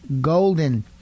golden